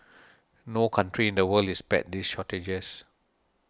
no country in the world is spared these shortages